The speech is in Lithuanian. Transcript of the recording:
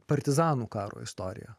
partizanų karo istorija